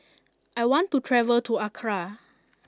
I want to travel to Accra